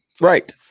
Right